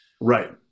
Right